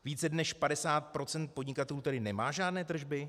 Více než 50 procent podnikatelů tedy nemá žádné tržby?